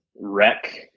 wreck